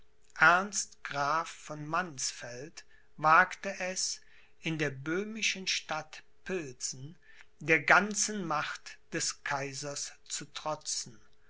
graf von mannsfeld wagte es in der böhmischen stadt pilsen der ganzen macht des kaisers zu trotzen